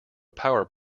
power